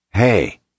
Hey